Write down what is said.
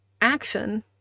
action